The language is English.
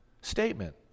statement